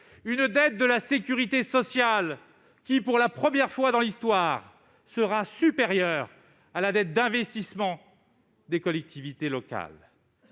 Une dette de la sécurité sociale qui, pour la première fois dans l'histoire, sera supérieure à la dette d'investissement des collectivités locales